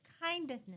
kindness